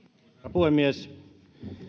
puhemies